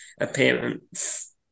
appearance